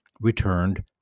returned